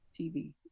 TV